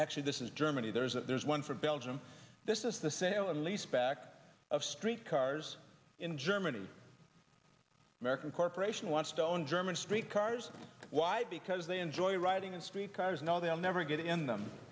actually this is germany there's a there's one for belgium this is the sale and leaseback of street cars in germany american corporation wants to own german street cars why because they enjoy writing and street cars now they'll never get it in them